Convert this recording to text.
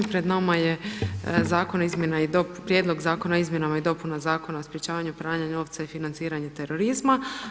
Pred nama je Prijedlog zakona o izmjenama i dopunama Zakona o sprečavanju pranja novca i financiranja terorizma.